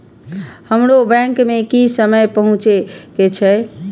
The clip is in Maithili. हमरो बैंक में की समय पहुँचे के छै?